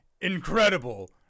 incredible